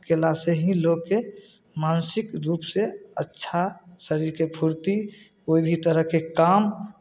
कयलासँ ही लोकके मानसिक रूपसँ अच्छा शरीरके फुर्ती कोइ भी तरहके काम